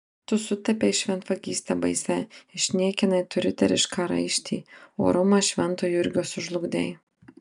tu sutepei šventvagyste baisia išniekinai tu riterišką raištį orumą švento jurgio sužlugdei